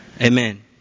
Amen